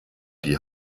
die